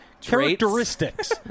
Characteristics